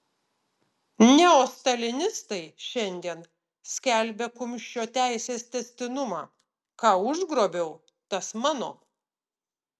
neostalinistai šiandien skelbia kumščio teisės tęstinumą ką užgrobiau tas mano